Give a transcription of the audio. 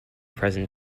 present